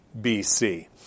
BC